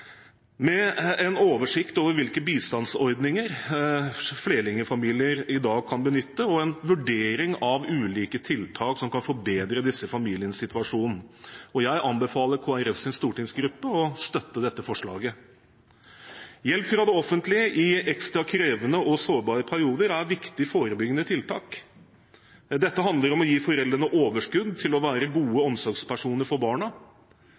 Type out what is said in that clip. med en oversikt over hvilke bistandsordninger flerlingfamilier i dag kan benytte, og en vurdering av ulike tiltak som kan forbedre disse familienes situasjon. Jeg anbefaler Kristelig Folkepartis stortingsgruppe å støtte dette forslaget. Hjelp fra det offentlige i ekstra krevende og sårbare perioder er viktige forebyggende tiltak. Dette handler om å gi foreldrene overskudd til å være gode omsorgspersoner for barna.